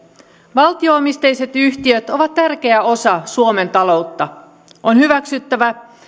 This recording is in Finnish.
valtio omisteiset yhtiöt ovat tärkeä osa suomen taloutta on hyväksyttävä